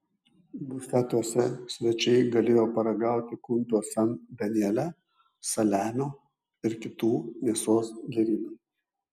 bufetuose svečiai galėjo paragauti kumpio san daniele saliamio ir kitų mėsos gėrybių